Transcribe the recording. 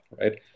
right